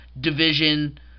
division